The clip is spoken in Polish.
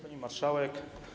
Pani Marszałek!